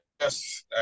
Yes